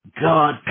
God